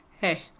hey